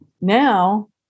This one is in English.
now